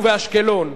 באשקלון,